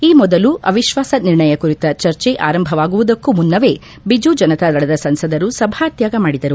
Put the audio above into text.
ಈ ಮೊದಲು ಅವಿಶ್ವಾಸ ನಿರ್ಣಯ ಕುರಿತ ಚರ್ಚೆ ಆರಂಭವಾಗುವುದಕ್ಕೂ ಮುನ್ನವೇ ಬಿಜು ಜನತಾದಳದ ಸಂಸದರು ಸಭಾತ್ಯಾಗ ಮಾಡಿದರು